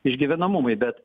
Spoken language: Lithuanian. išgyvenamumui bet